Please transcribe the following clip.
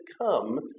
come